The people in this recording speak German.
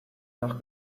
nach